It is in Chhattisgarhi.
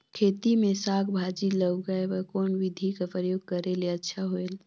खेती मे साक भाजी ल उगाय बर कोन बिधी कर प्रयोग करले अच्छा होयल?